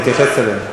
אני אתייחס אליהן.